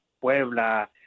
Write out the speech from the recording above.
Puebla